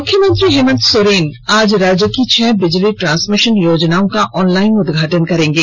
मुख्यमंत्री हेमंत सोरेन आज राज्य की छह बिजली ट्रांसमिशन योजनाओं का ऑनलाइन उदघाटन करेंगे